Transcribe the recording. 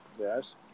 Yes